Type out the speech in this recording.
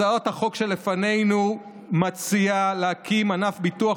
הצעת החוק שלפנינו מציעה להקים ענף ביטוח